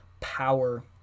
power